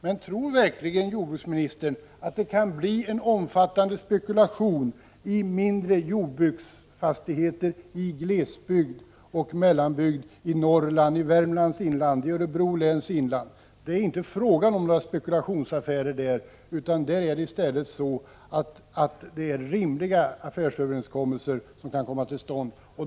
Men tror verkligen jordbruksministern att det kan bli en omfattande spekulation i mindre jordbruksfastigheter i glesbygd och mellanbygd i Norrland, i Värmlands inland och i Örebro läns inland? Det är inte fråga om några spekulationsaffärer där, utan i stället gäller det rimliga affärsöverenskommelser som kan komma till stånd.